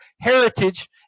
heritage